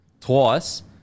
twice